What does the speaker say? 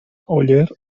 oller